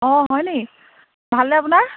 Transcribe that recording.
অঁ হয় নেকি ভালনে আপোনাৰ